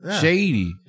shady